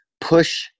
push